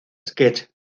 sketch